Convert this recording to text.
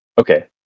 Okay